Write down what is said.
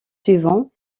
suivants